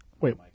Wait